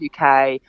uk